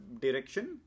direction